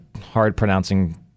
hard-pronouncing